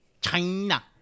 China